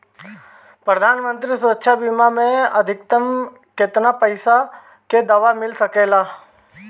प्रधानमंत्री सुरक्षा बीमा योजना मे अधिक्तम केतना पइसा के दवा मिल सके ला?